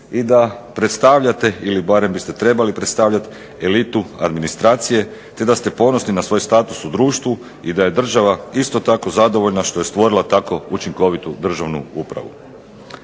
i da predstavljate ili barem biste trebali predstavljat elitu administracije te da ste ponosni na svoj status u društvu i da je država isto tako zadovoljna što je stvorila tako učinkovitu državnu upravu.